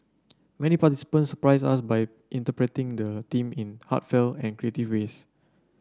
many participants surprised us by interpreting the theme in heartfelt and creative ways